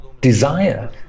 desire